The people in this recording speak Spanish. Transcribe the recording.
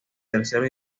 tercero